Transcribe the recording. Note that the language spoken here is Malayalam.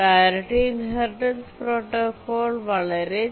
പ്രിയോറിറ്റി ഇൻഹെറിറ്റൻസ് പ്രോട്ടോക്കോൾ ആയിരുന്നു ഏറ്റവും ലളിതമായ പ്രോട്ടോക്കോൾ